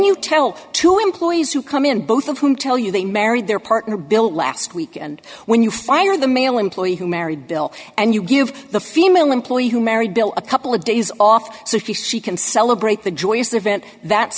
you tell two employees who come in both of whom tell you they married their partner bill last week and when you fire the male employee who married bill and you give the female employee who married bill a couple of days off so if you she can celebrate the joyous event that's